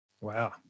wow